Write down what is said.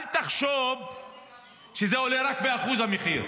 אל תחשוב שזה עולה רק ב-1%, המחיר.